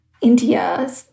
India